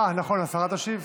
נכון, סליחה, השרה תשיב.